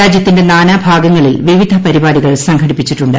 രാജ്യത്തിന്റെ നാനാ ഭാഗങ്ങളിൽ വിവിധ പരിപാടികൾ സംഘടിപ്പിച്ചിട്ടുണ്ട്